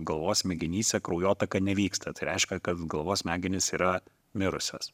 galvos smegenyse kraujotaka nevyksta tai reiškia kad galvos smegenys yra mirusios